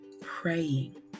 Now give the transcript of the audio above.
praying